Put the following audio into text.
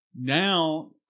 Now